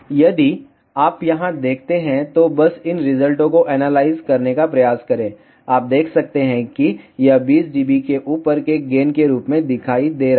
यदि आप यहां देखते हैं तो बस इन रिजल्टों को एनालाइज करने का प्रयास करें आप देख सकते हैं कि यह 20 dB से ऊपर के गेन के रूप में दिखाई दे रहा है